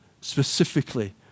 specifically